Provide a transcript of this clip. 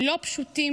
לא פשוטים,